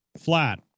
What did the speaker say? flat